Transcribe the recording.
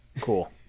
Cool